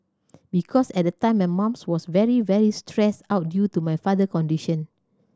because at the time my mum was very very stressed out due to my father condition